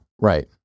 Right